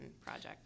project